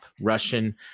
Russian